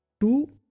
Two